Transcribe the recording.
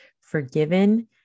forgiven